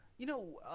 you know,